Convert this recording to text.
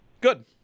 Good